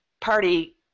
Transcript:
party